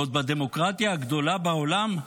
ועוד בדמוקרטיה הגדולה בעולם?